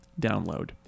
Download